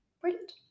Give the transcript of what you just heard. Brilliant